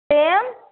सेम